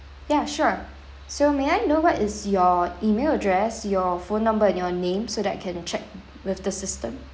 ya sure so may I know what is your email address your phone number and your name so that I can check with the system